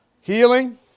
Healing